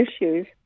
issues